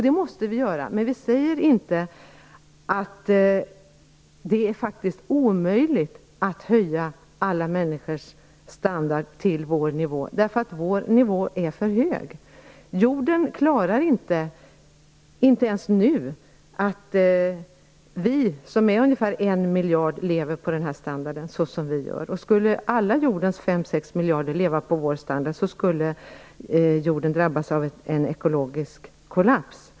Det måste vi göra, men vi säger inte att det faktiskt är omöjligt att höja alla människors standard till samma nivå som vår. Vår nivå är nämligen för hög. Jorden klarar inte ens nu att vi som är ungefär 1 miljard människor lever på den standard som vi lever på. Skulle alla jordens fem sex miljarder människor leva på samma nivå som vi när det gäller standarden, skulle jorden drabbas av en ekologisk kollaps.